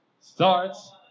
starts